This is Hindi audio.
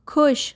खुश